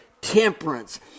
temperance